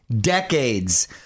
decades